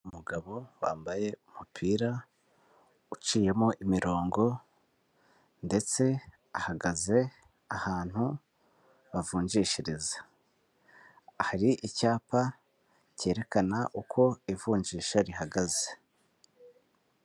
Umugabo wambaye umupira uciyemo imirongo ndetse ahagaze ahantu bavunjishiriza, hari icyapa cyerekana uko ivunjisha rihagaze.